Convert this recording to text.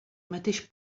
mateix